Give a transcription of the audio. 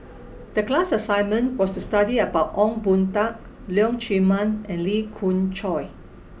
the class assignment was to study about Ong Boon Tat Leong Chee Mun and Lee Khoon Choy